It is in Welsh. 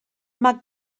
mae